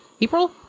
april